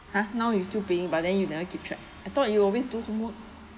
ha now you still paying but then you never keep track I thought you always do to book